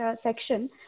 section